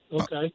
Okay